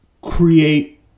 create